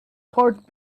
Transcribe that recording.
corned